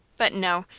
but no!